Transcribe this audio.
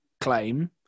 claim